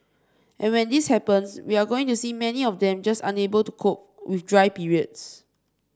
and when this happens we are going to see many of them just unable to cope with dry periods